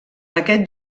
aquest